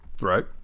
Right